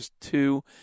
two